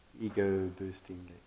ego-boosting